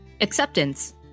Acceptance